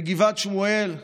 בגבעת שמואל,